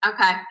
Okay